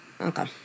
Okay